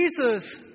Jesus